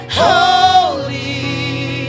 holy